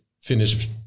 finish